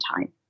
time